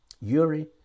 Yuri